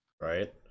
Right